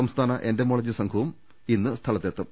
സംസ്ഥാന എന്റമോളജി സംഘവും സ്ഥലത്തെത്തും